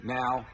now